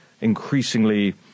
increasingly